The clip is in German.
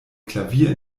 klavier